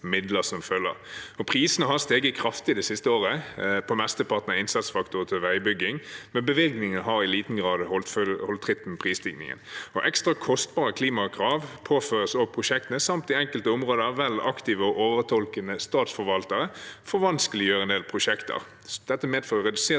Prisene har steget kraftig det siste året på mesteparten av innsatsfaktorene til veibygging, men bevilgningen har i liten grad holdt tritt med prisstigningen. Ekstra kostbare klimakrav påføres også prosjektene, og i enkelte områder vanskeliggjør vel aktive og overtolkende statsforvaltere en del prosjekter. Dette medfører redusert